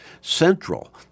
central